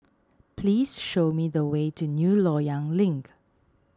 please show me the way to New Loyang Link